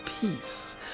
peace